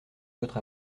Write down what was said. votre